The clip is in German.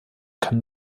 kann